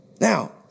Now